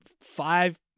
five